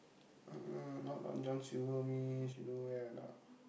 uh not Long-John-Silvers means you know where or not